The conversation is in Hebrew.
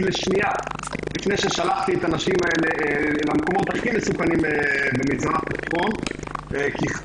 לשנייה לפני ששלחתי את הנשים האלה למקומות הכי מסוכנים כי חשבתי,